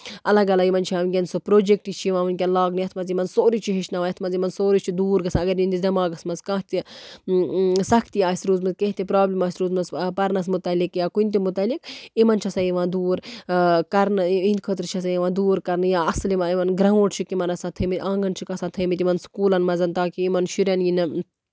اَلگ اَلگ یِمن چھُ ونکیٚن سُہ پروجیٚکٹ چھُ یِوان ونکیٚن لاگنہٕ یَتھ منٛز یِمن سورُے چھُ ہٮ۪چھناوان یَتھ منٛز یِمن سورُے چھُ دوٗر گژھان اگر یِہِنٛدِس دٮ۪ماغَس منٛز کانٛہہ تہِ سَختی آسہِ روٗزمٕژ کیٚنہہ تہِ پرابلِم آسہِ روٗزمٕژ پَرنَس مُتعلِق یا کُنہِ تہِ مُتعلِق یِمن چھےٚ سۄ یِوان دوٗر کرنہٕ یِہِنٛدِ خٲطرٕ چھےٚ سۄ یِوان دوٗر کرنہٕ یا اَصٕل یِوان یِمن گروُنڈ چھُکھ یِمن آسان تھٔمٕتۍ آنگَن چھِکھ آسان تھٔمٕتۍ یِمن سکوٗلَن منٛز تاکہِ یِمن شُرٮ۪ن یی نہٕ